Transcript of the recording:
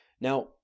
Now